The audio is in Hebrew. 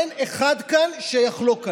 אין אחד כאן שיחלוק עליי,